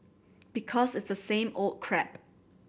because it's the same old crap